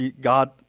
God